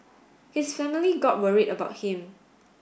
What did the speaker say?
his family got worried about him